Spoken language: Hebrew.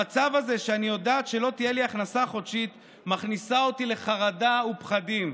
המצב הזה שאני יודעת שלא תהיה לי הכנסה חודשית מכניס אותי לחרדה ופחדים.